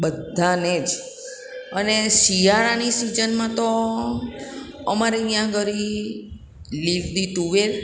બધાંનેજ અને શિયાળાની સિજનમાંતો અમારે અહીં આગળ લીલી તુવેર